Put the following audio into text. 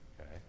Okay